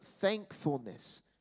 thankfulness